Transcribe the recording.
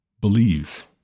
Believe